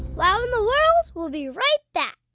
wow in the world will be right back.